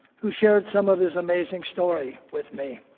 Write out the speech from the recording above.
who shared some of his amazing story with me.